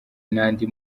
n’andi